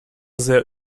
sehr